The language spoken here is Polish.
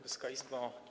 Wysoka Izbo!